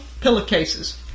pillowcases